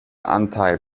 anteil